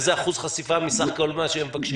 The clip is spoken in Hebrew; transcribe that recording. איזה אחוז חשיפה מסך כל מה שהם מבקשים?